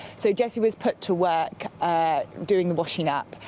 so jessie was put to work doing the washing-up,